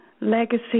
legacy